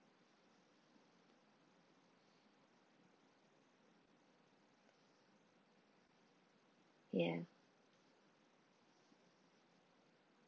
yeah